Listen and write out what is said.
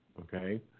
okay